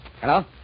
Hello